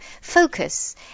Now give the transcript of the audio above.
focus